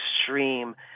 extreme